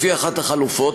לפי אחת החלופות,